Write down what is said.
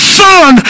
son